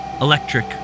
electric